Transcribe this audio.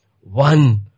One